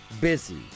busy